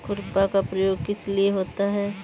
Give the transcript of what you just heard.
खुरपा का प्रयोग किस लिए होता है?